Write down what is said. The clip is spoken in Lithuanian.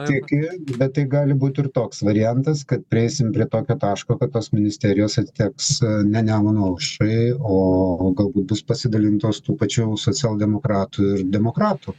tiki bet tai gali būti ir toks variantas kad prieisim prie tokio taško kad tos ministerijos atiteks ne nemuno aušrai o o galbūt bus pasidalintos tų pačių socialdemokratų ir demokratų